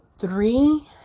three